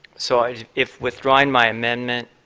so i mean if withdrawing my amendment